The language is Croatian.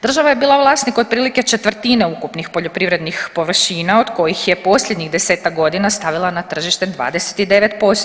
Država je bila vlasnik otprilike četvrtine ukupnih poljoprivrednih površina od kojih je posljednjih 10-ak godina stavila na tržište 29%